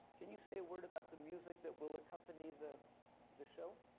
can you say a word about the music that will accompany the the show?